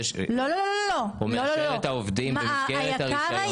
הוא מאשר את העובדים במסגרת הרישיון שלו.